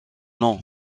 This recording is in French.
nom